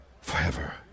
forever